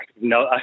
no